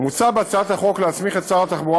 מוצע בהצעת החוק להסמיך את שר התחבורה